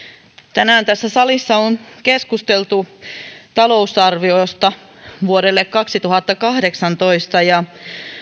tänään tässä salissa on keskusteltu talousarviosta vuodelle kaksituhattakahdeksantoista ja